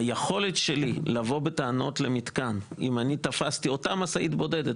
היכולת שלי לבוא בטענות למתקן אם אני תפסתי אותה משאית בודדת,